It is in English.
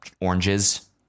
oranges